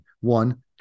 One